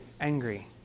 angry